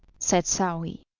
said saouy,